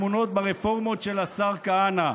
טמונות ברפורמות של השר כהנא.